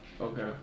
Okay